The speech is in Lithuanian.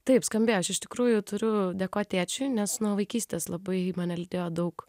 taip skambėjo aš iš tikrųjų turiu dėkot tėčiui nes nuo vaikystės labai mane lydėjo daug